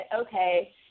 Okay